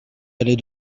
aller